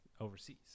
overseas